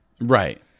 right